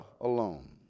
alone